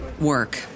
work